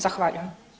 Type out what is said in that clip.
Zahvaljujem.